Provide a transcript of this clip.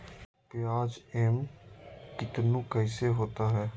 प्याज एम कितनु कैसा होता है?